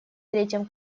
третьем